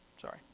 Sorry